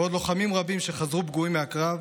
ועוד לוחמים רבים שחזרו פגועים מהקרב,